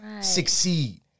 succeed